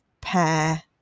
pair